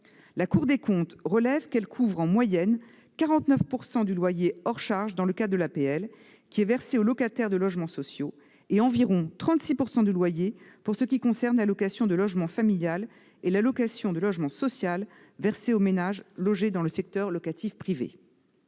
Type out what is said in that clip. La Cour des comptes relève qu'elles couvrent en moyenne 49 % du loyer hors charges, dans le cas de l'APL versée aux locataires de logements sociaux, et environ 36 % du loyer pour ce qui concerne l'allocation de logement familial et l'allocation de logement social versées aux ménages logés dans le secteur locatif privé.